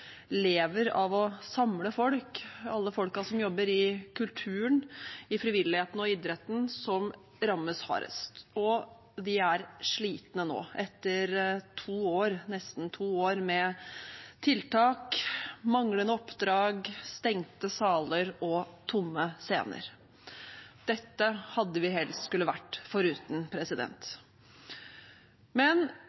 lever av å samle folk – alle folkene som jobber i kulturen, i frivilligheten og i idretten – som rammes hardest. De er slitne nå etter nesten to år med tiltak, manglende oppdrag, stengte saler og tomme scener. Dette hadde vi helst skullet være foruten.